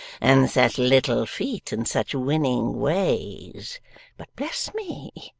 and such little feet, and such winning ways but bless me,